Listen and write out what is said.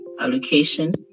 allocation